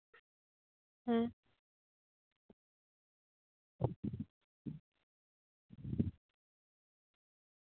ᱦᱮᱸ